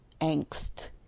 angst